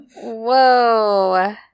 Whoa